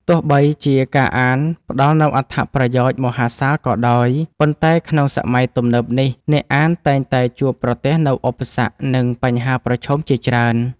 ទោះបីជាការអានផ្ដល់នូវអត្ថប្រយោជន៍មហាសាលក៏ដោយ ប៉ុន្តែក្នុងសម័យទំនើបនេះ អ្នកអានតែងតែជួបប្រទះនូវឧបសគ្គ និងបញ្ហាប្រឈមជាច្រើន។